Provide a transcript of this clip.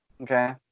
Okay